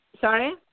Sorry